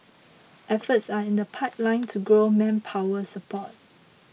efforts are in the pipeline to grow manpower support